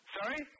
Sorry